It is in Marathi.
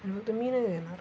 आणि तुम्ही नाही देणार